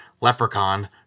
Leprechaun